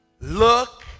Look